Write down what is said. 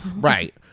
right